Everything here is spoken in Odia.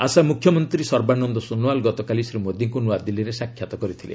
ଆସାମ ମୁଖ୍ୟମନ୍ତ୍ରୀ ସର୍ବାନନ୍ଦ ସୋନୱାଲ ଗତକାଲି ଶ୍ରୀ ମୋଦିଙ୍କୁ ନୂଆଦିଲ୍ଲୀରେ ସାକ୍ଷାତ କରିଥିଲେ